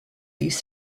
these